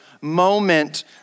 moment